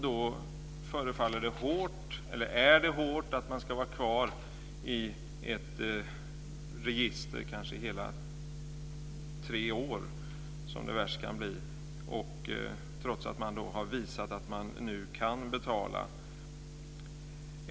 Då är det hårt att man ska vara kvar i ett register i kanske hela tre år, som det som värst kan bli, trots att man visat att man nu kan betala.